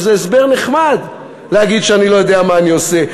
זה הסבר נחמד להגיד שאני לא יודע מה אני עושה.